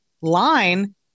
line